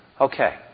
Okay